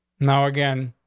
now again,